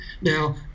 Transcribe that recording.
Now